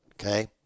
okay